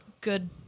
good